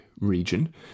region